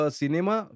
cinema